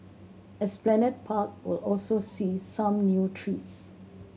Esplanade Park will also see some new trees